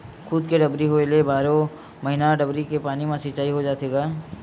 खुद के डबरी होए ले बारो महिना डबरी के पानी म सिचई हो जाथे गा